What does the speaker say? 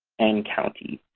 and counties.